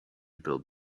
build